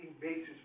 basis